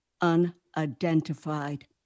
unidentified